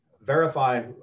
verify